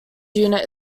unit